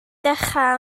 dechrau